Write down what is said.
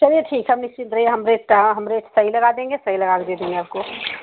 चलिए ठीक है आप निश्चिंत रहिए हम रेट का हम रेट सही लगा देंगे सही लगाके देंगे आपको